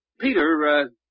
Peter